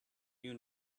you